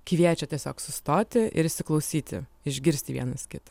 kviečia tiesiog sustoti ir įsiklausyti išgirsti vienas kitą